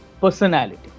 personality